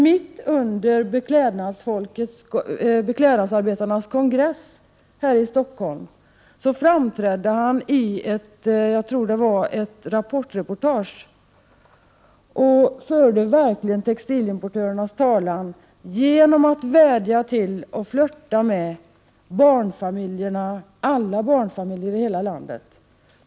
Mitt under beklädnadsarbetarnas kongress i Stockholm framträdde Carl Hamilton, jag tror att det var i ett Rapportreportage, och förde textilimportörernas talan genom att vädja till och flirta med barnfamiljerna — alla barnfamiljer i hela landet.